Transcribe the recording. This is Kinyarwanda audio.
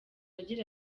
agira